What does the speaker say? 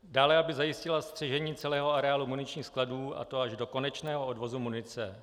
Dále aby zajistila střežení celého areálu muničních skladů, a to až do konečného odvozu munice.